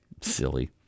silly